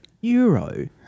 euro